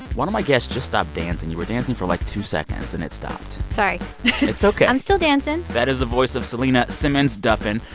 one of my guests just stopped dancing. you were dancing for, like, two seconds and then stopped sorry it's ok i'm still dancing that is the voice of selena simmons-duffin,